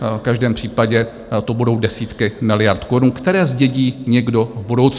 V každém případě to budou desítky miliard korun, které zdědí někdo v budoucnu.